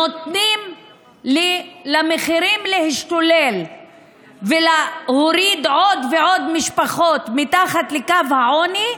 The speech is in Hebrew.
נותנים למחירים להשתולל ולהוריד עוד ועוד משפחות אל מתחת לקו העוני,